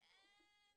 --- חברות הביטוח.